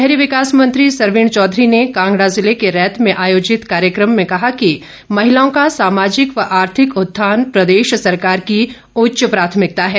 शहरी विकास मंत्री सरवीण चौधरी ने कांगड़ा ज़िले के रैत में आयोजित कार्यक्रम में कहा कि महिलाओं का सामाजिक व आर्थिक उत्थान प्रदेश सरकार की उच्च प्राथमिकता है